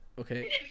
Okay